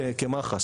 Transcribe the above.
כמח"ש,